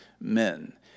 men